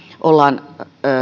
ollaan